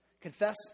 confess